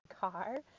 car